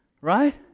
Right